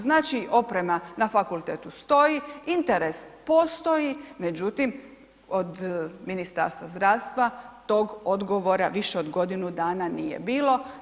Znači, oprema na fakultetu stoji, interes postoji, međutim, od Ministarstva zdravstva tog odgovora više od godinu dana nije bilo.